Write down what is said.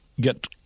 get